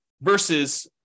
versus